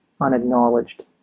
unacknowledged